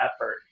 effort